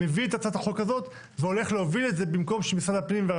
מביא את הצעת החוק הזאת והולך להוביל את זה במקום שמשרד הפנים.